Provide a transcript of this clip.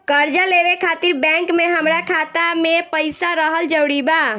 कर्जा लेवे खातिर बैंक मे हमरा खाता मे पईसा रहल जरूरी बा?